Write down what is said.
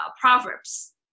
Proverbs